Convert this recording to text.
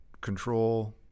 control